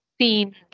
seen